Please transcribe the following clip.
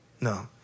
No